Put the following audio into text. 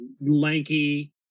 lanky